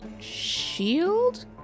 shield